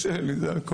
כי